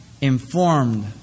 informed